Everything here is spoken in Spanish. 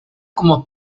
como